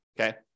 okay